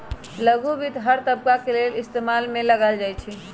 लघु वित्त हर तबका के लेल इस्तेमाल में लाएल जाई छई